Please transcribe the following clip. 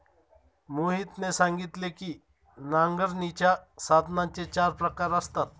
मोहितने सांगितले की नांगरणीच्या साधनांचे चार प्रकार असतात